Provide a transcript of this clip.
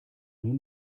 nur